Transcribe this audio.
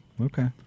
Okay